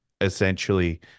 essentially